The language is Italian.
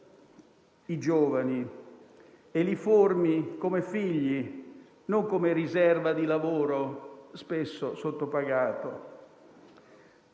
i giovani e li formi come figli, non come riserva di lavoro, spesso sottopagato.